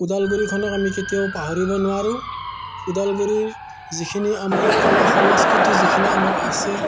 ওদালগুৰিখনক আমি কেতিয়াও পাহৰিব নোৱাৰোঁ ওদালগুৰিৰ যিখিনি আমাৰ কলা সংস্কৃতি যিখিনি আমাৰ আছে